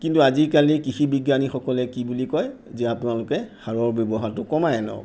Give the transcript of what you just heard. কিন্তু আজিকালি কৃষি বিজ্ঞানীসকলে কি বুলি কয় যে আপোনালোকে সাৰৰ ব্যৱহাৰটো কমাই আনক